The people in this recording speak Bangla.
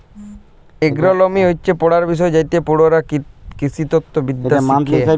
এগ্রলমি হচ্যে পড়ার বিষয় যাইতে পড়ুয়ারা কৃষিতত্ত্ব বিদ্যা শ্যাখে